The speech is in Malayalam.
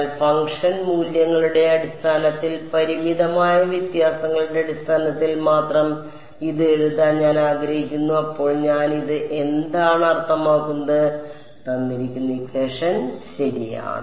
എന്നാൽ ഫംഗ്ഷൻ മൂല്യങ്ങളുടെ അടിസ്ഥാനത്തിൽ പരിമിതമായ വ്യത്യാസങ്ങളുടെ അടിസ്ഥാനത്തിൽ മാത്രം ഇത് എഴുതാൻ ഞാൻ ആഗ്രഹിക്കുന്നു അപ്പോൾ ഞാൻ ഇത് എന്താണ് അർത്ഥമാക്കുന്നത് ശരിയാണ്